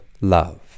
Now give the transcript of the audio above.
love